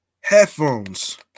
headphones